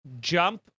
jump